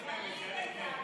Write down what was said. זאת הייתה מאי גולן.